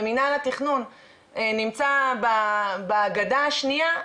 ומינהל התכנון נמצא בגדה השניה,